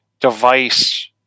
device